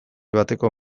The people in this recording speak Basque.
bateko